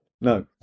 No